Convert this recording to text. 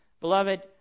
Beloved